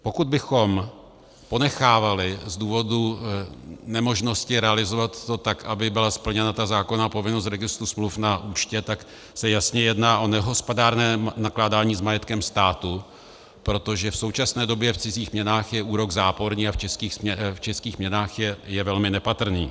Pokud bychom ponechávali z důvodu nemožnosti realizovat to tak, aby byla splněna zákonná povinnost registru smluv na účtě, tak se jasně jedná o nehospodárné nakládání s majetkem státu, protože v současné době v cizích měnách je úrok záporný a v českých měnách je velmi nepatrný.